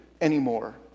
anymore